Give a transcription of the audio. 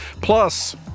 Plus